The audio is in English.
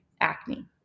Acne